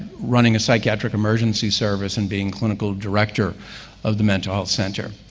running a psychiatric emergency service, and being clinical director of the mental health center.